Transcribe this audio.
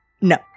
No